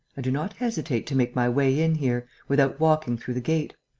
i did not hesitate to make my way in here. without walking through the gate.